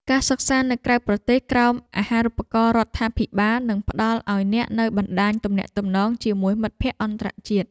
ការសិក្សានៅក្រៅប្រទេសក្រោមអាហារូបករណ៍រដ្ឋាភិបាលនឹងផ្តល់ឱ្យអ្នកនូវបណ្តាញទំនាក់ទំនងជាមួយមិត្តភក្តិអន្តរជាតិ។